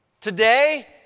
Today